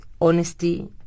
honesty